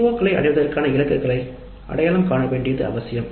CO களை அடைவதற்கான இலக்குகள் அடையாளம் காண வேண்டியது அவசியம்